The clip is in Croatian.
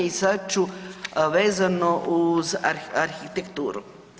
I sad ću vezano uz arhitekturu.